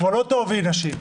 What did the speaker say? כבר לא תאהבי נשים,